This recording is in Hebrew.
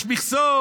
יש מכסות,